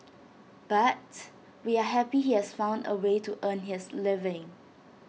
but we are happy he has found A way to earn his living